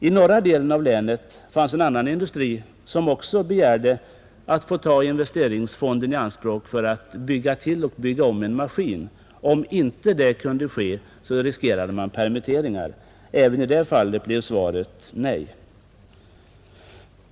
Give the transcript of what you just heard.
I norra delen av länet finns en annan industri, som också begärde att få ta investeringsfonden i anspråk för att bygga till och bygga om en maskin. Om inte det kunde ske, så riskerade man permitteringar. Även i det fallet blev svaret nej.